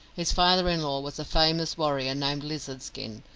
his father-in-law was a famous warrior named lizard skin.